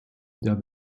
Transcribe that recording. der